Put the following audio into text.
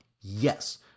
Yes